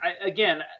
again